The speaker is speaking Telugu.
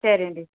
సరే అండి